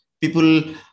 People